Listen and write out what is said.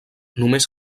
només